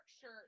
shirt